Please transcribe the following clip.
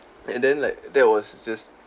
and then like that was just